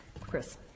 Chris